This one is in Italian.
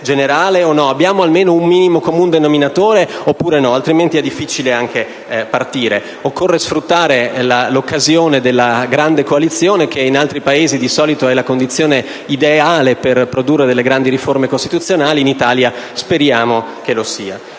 generale, oppure no? Abbiamo almeno un minino comun denominatore, oppure no? Altrimenti è difficile anche partire. Occorre sfruttare l'occasione della grande coalizione che, in altri Paesi, di solito è la condizione ideale per produrre delle grandi riforme costituzionali: in Italia speriamo che lo sia.